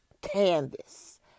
canvas